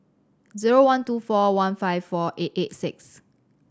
zero one two four one five four eight eight six